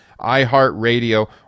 iHeartRadio